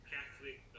Catholic